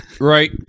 Right